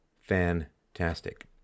fantastic